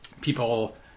People